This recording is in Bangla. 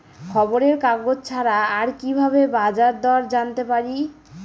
খবরের কাগজ ছাড়া আর কি ভাবে বাজার দর জানতে পারি?